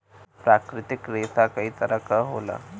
प्राकृतिक रेसा कई तरे क होला